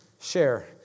share